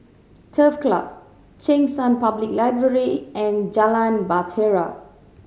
Turf Club Cheng San Public Library and Jalan Bahtera